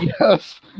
yes